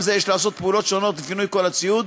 זה יש לעשות פעולות שונות לפינוי כל הציוד,